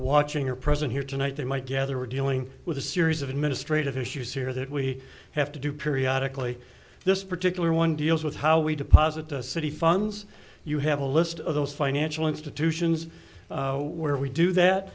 watching are present here tonight they might gather we're dealing with a series of administrative issues here that we have to do periodically this particular one deals with how we deposit the city funds you have a list of those financial institutions where we do that